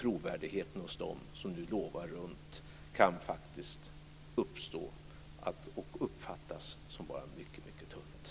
Trovärdigheten hos dem som nu lovar runt kan faktiskt uppfattas som varande mycket tunn.